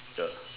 ya